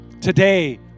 Today